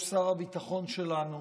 שר הביטחון שלנו